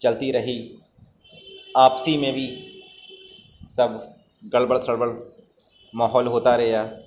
چلتی رہی آپسی میں بھی سب گڑبڑ سڑبڑ ماحول ہوتا رہا